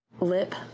Lip